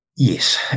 Yes